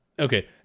Okay